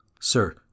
Sir